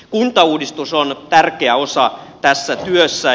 kuntauudistus on tärkeä osa tässä työssä